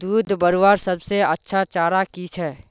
दूध बढ़वार सबसे अच्छा चारा की छे?